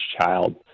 child